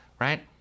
right